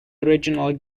original